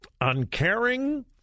uncaring